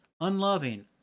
unloving